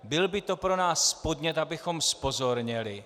Byl by to pro nás podnět, abychom zpozorněli.